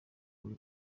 kuri